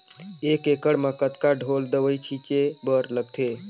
एक एकड़ म कतका ढोल दवई छीचे बर लगथे?